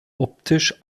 optisch